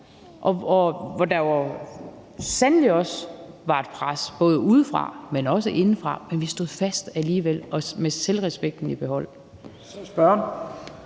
og hvor der sandelig også var et pres, både udefra, men også indefra. Men vi stod fast alligevel, med selvrespekten i behold.